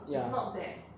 ya